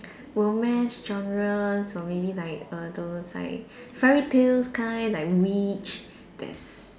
romance genres or maybe like err those like fairy tales kind like witch there's